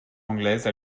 anglaise